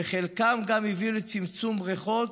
וחלקם גם הביאו לצמצום ריחות,